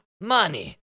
Money